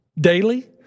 daily